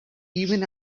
even